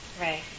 Right